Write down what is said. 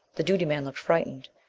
the duty man looked frightened.